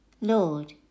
Lord